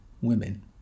women